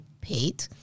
paid